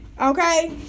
Okay